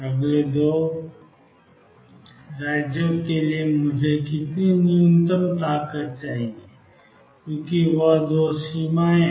अगले दो राज्यों के लिए मुझे कितनी न्यूनतम ताकत चाहिए क्योंकि वहां दो सीमाएं हैं